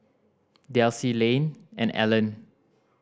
Delcie Layne and Allen